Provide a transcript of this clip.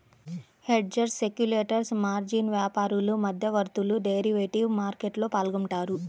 hedgers, speculators, margin వ్యాపారులు, మధ్యవర్తులు derivative మార్కెట్లో పాల్గొంటారు